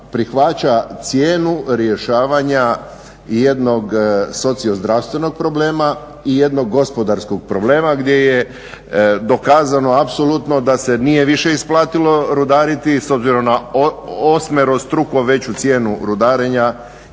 prihvaća cijenu rješavanja jednog socio-zdravstvenog problema i jednog gospodarskog problema gdje je dokazano apsolutno da se nije više isplatilo rudariti s obzirom na osmerostruko veću cijenu rudarenja